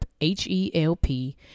H-E-L-P